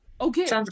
Okay